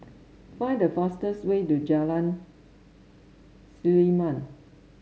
find the fastest way to Jalan Selimang